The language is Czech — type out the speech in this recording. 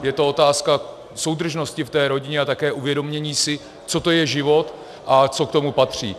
Je to otázka soudržnosti v rodině a také uvědomění si, co to je život a co k tomu patří.